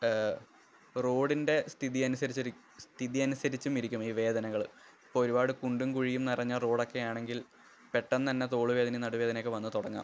റോഡിന്റെ സ്ഥിതി അനുസരിച്ച് സ്ഥിതി അനുസരിച്ചും ഇരിക്കും ഈ വേദനകൾ ഇപ്പോൾ ഒരുപാട് കുണ്ടും കുഴിയും നിറഞ്ഞ റോഡൊക്കെ ആണെങ്കില് പെട്ടെന്നു ത ന്നെ തോളുവേദനയും നടുവേദനയൊക്കെ വന്നു തുടങ്ങാം